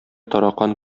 таракан